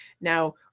Now